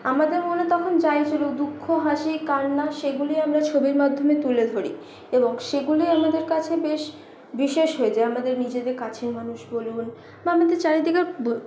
আমাদের মনে তখন যাই চলুক দুঃখ হাসি কান্না সেগুলি আমরা ছবির মাধ্যমে তুলে ধরি এবং সেগুলি আমাদের কাছে বেশ বিশেষ হয়ে যায় আমাদের নিজেদের কাছের মানুষ বলুন বা আমাদের চারিদিকের